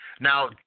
Now